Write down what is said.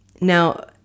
Now